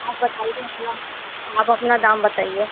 आप बताइए अपना आप अपना दाम बताइए